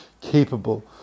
capable